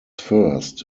first